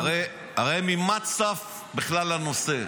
הרי ממה צף בכלל הנושא?